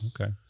Okay